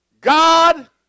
God